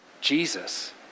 Jesus